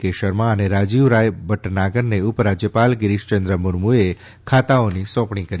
કે શર્મા અને રાજીવ રાય ભદ્દનાગરને ઉપરાજ્યપાલ ગિરિશ ચંદ્રા મુર્મુંએ ખાતાઓની સોંપણી કરી